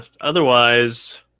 otherwise